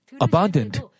abundant